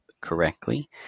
correctly